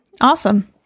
Awesome